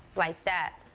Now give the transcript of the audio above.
like that,